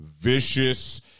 Vicious